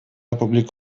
republik